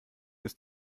ist